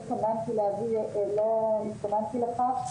לא התכוננתי לכך,